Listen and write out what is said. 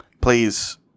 Please